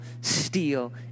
steal